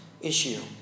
issue